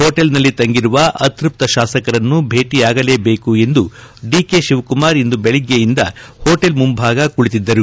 ಹೋಟೆಲ್ನಲ್ಲಿ ತಂಗಿರುವ ಅತೃಪ್ತ ಶಾಸಕರನ್ನು ಭೇಟಿಯಾಗಲೇ ಬೇಕು ಎಂದು ಡಿ ಕೆ ಶಿವಕುಮಾರ್ ಇಂದು ಬೆಳಗ್ಗೆಯಿಂದ ಹೋಟೆಲ್ ಮುಂಭಾಗ ಕುಳಿತಿದ್ದರು